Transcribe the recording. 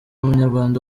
munyarwanda